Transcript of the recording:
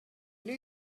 knew